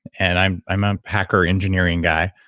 and i'm i'm a hacker-engineering guy.